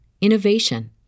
innovation